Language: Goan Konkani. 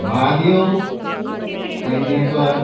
महादेव पेडणेकर